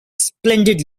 splendid